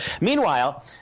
Meanwhile